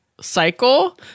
cycle